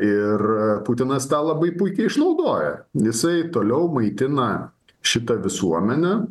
ir putinas tą labai puikiai išnaudoja jisai toliau maitina šitą visuomenę